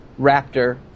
raptor